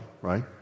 right